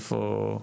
איפה?